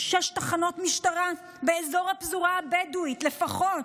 שש תחנות משטרה באזור הפזורה הבדואית לפחות,